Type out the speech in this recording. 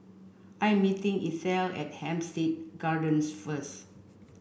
I am meeting Ethyl at Hampstead Gardens first